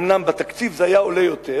אומנם בתקציב זה היה עולה יותר,